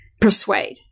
persuade